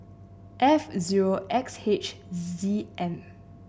F zero X H Z M